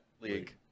League